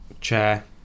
chair